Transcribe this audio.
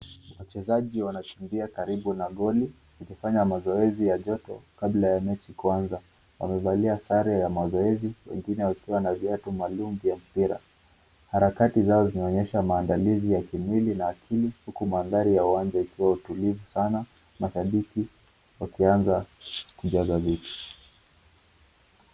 Wachezaji wanakimbia karibu na goli, wakifanya mazoezi ya joto kabla ya mechi kuanza. Wamevalia sare ya mazoezi wengine wakiwa na viatu maalum vya mpira. Harakati zao zinaonyesha maandalizi ya kimwili na akili huku manthari ya uwanja ikiwa tulivu sana, mashabiki wakianza kujaza viti.